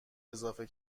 اضافه